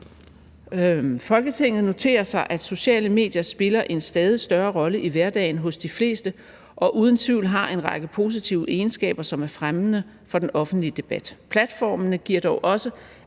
»Folketinget noterer sig, at sociale medier spiller en stadig større rolle i hverdagen hos de fleste og uden tvivl har en række positive egenskaber, som er fremmende for den offentlige debat. Platformene giver dog også